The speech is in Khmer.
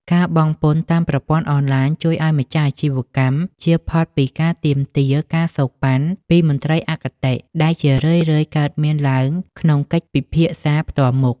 ការបង់ពន្ធតាមប្រព័ន្ធអនឡាញ ជួយឱ្យម្ចាស់អាជីវកម្មជៀសផុតពីការទាមទារ ការសូកប៉ាន់ ពីមន្ត្រីអគតិ ដែលជារឿយៗកើតមានឡើងក្នុងកិច្ចពិភាក្សាផ្ទាល់មុខ។